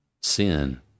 sin